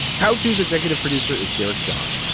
how does executive producer is derek john?